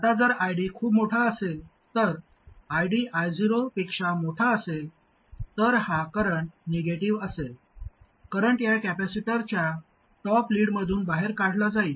आता जर ID खूप मोठा असेल तर ID I0 पेक्षा मोठा असेल तर हा करंट निगेटिव्ह असेल करंट या कॅपेसिटरच्या टॉप लीडमधून बाहेर काढला जाईल